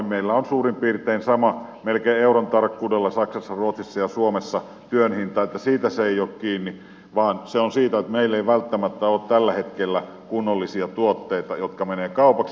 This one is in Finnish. meillä on suurin piirtein sama melkein euron tarkkuudella saksassa ruotsissa ja suomessa työn hinta eli siitä se ei ole kiinni vaan siitä että meillä ei välttämättä ole tällä hetkellä kunnollisia tuotteita jotka menevät kaupaksi